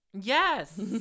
yes